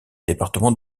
département